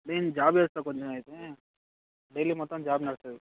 నేను జాబ్ చేస్తాను కొంచెం అయితే డైలీ మొత్తం జాబ్ నడుస్తుంది